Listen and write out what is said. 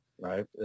Right